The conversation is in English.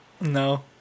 No